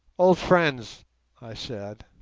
old friends i said,